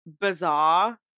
bizarre